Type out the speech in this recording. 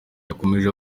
yakomeje